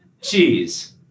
cheese